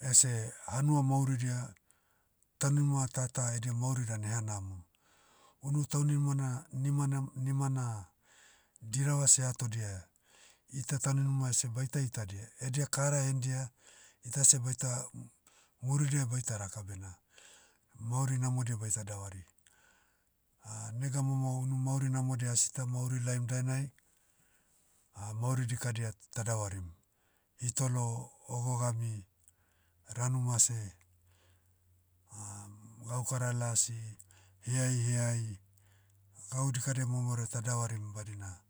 ese hanua mauridia, tanima tata edia mauri dan eha namom. Unu taunima na- nima na- nima na, dirava seh eatodia, ita tauninima ese baita itadia edia kara hendia, ita seh baita, muridia baita raka bena, mauri namodia baita davari. nega momo unu mauri namodia asita mauri laim dainai, mauri dikadia t- tadavarim. Hitolo, ogogami, ranu mase, gaukara lasi, heai heai. Gau dikadia momorea tadavarim badina,